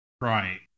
Right